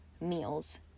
meals